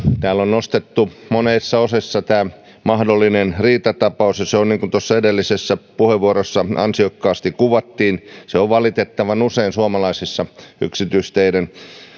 täällä on nostettu monissa osissa esiin mahdollinen riitatapaus riitely on niin kuin tuossa edellisessä puheenvuorossa ansiokkaasti kuvattiin valitettavan usein suomalaisissa yksityisteiden